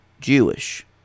Jewish